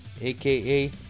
AKA